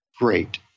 Great